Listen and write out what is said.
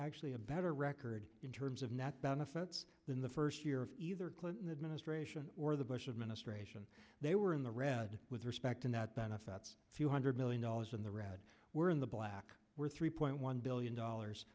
actually a better record in terms of net benefits than the first year of either clinton administration or the bush administration they were in the red with respect and that benefits hundred million dollars in the red we're in the black we're three point one billion dollars